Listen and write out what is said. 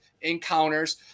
encounters